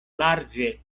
larĝe